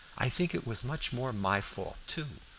i think it was much more my fault, too,